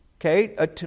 okay